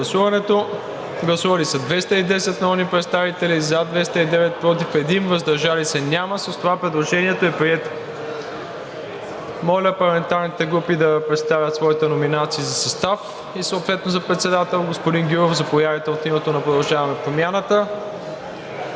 Гласували 210 народни представители: за 209, против 1, въздържали се няма. С това предложението е прието. Моля парламентарните групи да представят своите номинации за състав и съответно за председател. Господин Гюров, заповядайте от името на „Продължаваме Промяната“.